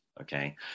okay